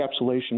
encapsulation